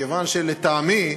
כיוון שלטעמי,